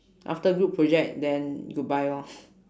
after group project then goodbye lor